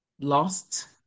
lost